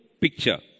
picture